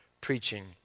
preaching